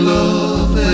love